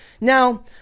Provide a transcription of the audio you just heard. Now